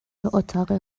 اتاق